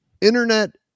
internet